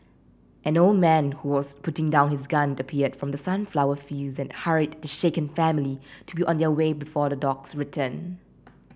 an old man who was putting down his gun appeared from the sunflower fields and hurried the shaken family to be on their way before the dogs return